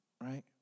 right